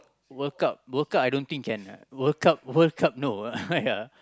World Cup World Cup I don't think can lah World Cup World Cup no lah yeah